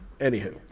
Anywho